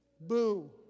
Boo